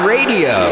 Radio